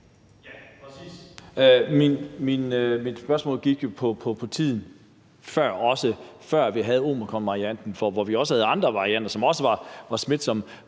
(NB): Mit spørgsmål gik på tiden, også før vi havde omikronvarianten, hvor vi også havde andre varianter, som også var smitsomme.